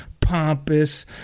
pompous